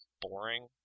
boring